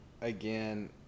again